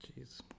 Jeez